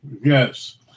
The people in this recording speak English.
Yes